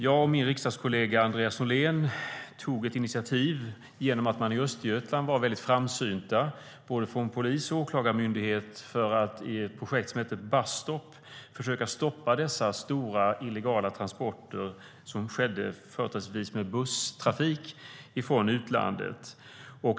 Jag och min riksdagskollega Andreas Norlén tog ett initiativ eftersom man i Östergötland var väldigt framsynta från både polis och åklagarmyndighet för att i ett projekt som heter Bus Stop försöka stoppa dessa stora illegala transporter som företrädesvis skedde med buss från utlandet.